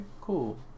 cool